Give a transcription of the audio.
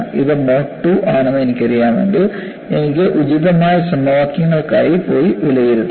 ഇത് മോഡ് 2 ആണെന്ന് എനിക്കറിയാമെങ്കിൽ എനിക്ക് ഉചിതമായ സമവാക്യങ്ങൾക്കായി പോയി വിലയിരുത്താം